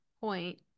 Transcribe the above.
point